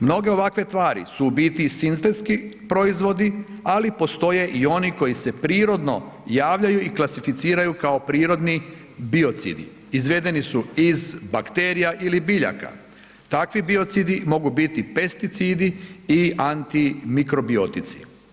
Mnoge ovakve tvari su u biti i sintetski proizvodi, ali postoje i oni koji se prirodno javljaju i klasificiraju kao prirodni biocidi, izvedeni su iz bakterija ili biljaka, takvi biocidi mogu biti pesticidi i antimikrobiotici.